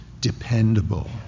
dependable